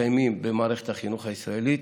מקיימים במערכת החינוך הישראלית.